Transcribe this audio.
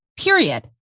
period